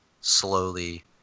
slowly